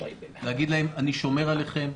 להגיד להם: אני שומר עליכם,